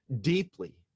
deeply